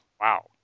Wow